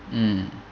mm